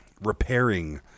repairing